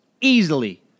easily